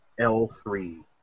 L3